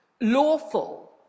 lawful